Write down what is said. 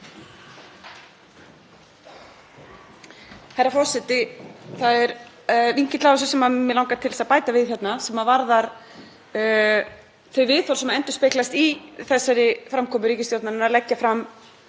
Herra forseti. Það er vinkill á þessu sem mig langar til að bæta við hérna sem varðar þau viðhorf sem endurspeglast í þessari framkomu ríkisstjórnarinnar, að leggja fram